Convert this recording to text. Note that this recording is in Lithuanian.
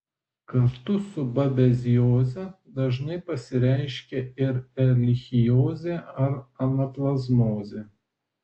kartu su babezioze dažnai pasireiškia ir erlichiozė ar anaplazmozė